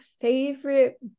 favorite